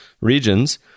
regions